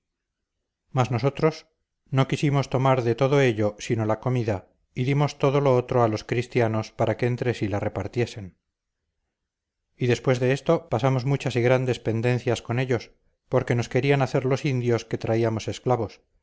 mas nosotros no quisimos tomar de todo ello sino la comida y dimos todo lo otro a los cristianos para que entre sí la repartiesen y después de esto pasamos muchas y grandes pendencias con ellos porque nos querían hacer los indios que traíamos esclavos